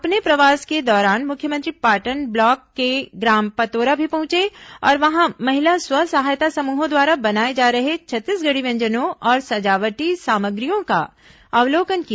अपने प्रवास के दौरान मुख्यमंत्री पाटन ब्लॉक के ग्राम पतोरा भी पहंचे और वहां महिला स्व सहायता समूहों द्वारा बनाए जा रहे छत्तीसंगढ़ी व्यंजनों और सजावटी सामग्रियों का अवलोकन किया